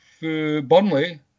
Burnley